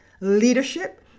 leadership